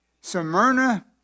Smyrna